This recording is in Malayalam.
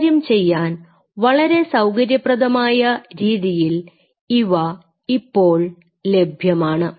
കൈകാര്യം ചെയ്യാൻ വളരെ സൌകര്യപ്രദമായ രീതിയിൽ ഇവ ഇപ്പോൾ ലഭ്യമാണ്